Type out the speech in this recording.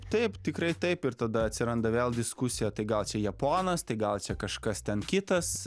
taip tikrai taip ir tada atsiranda vėl diskusija tai gal čia japonas tai gal čia kažkas ten kitas